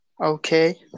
Okay